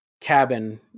cabin